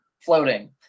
floating